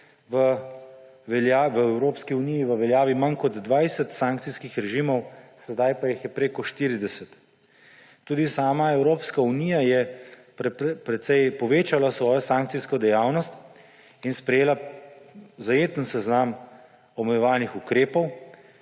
v Evropski uniji v veljavi manj kot 20 sanacijskih režimov, sedaj pa jih je preko 40. Tudi sama Evropska unija je precej povečala svojo sankcijsko dejavnost in sprejela zajeten seznam omejevalnih ukrepov,